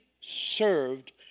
served